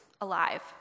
alive